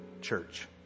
church